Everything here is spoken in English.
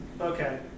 Okay